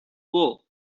war